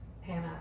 Hannah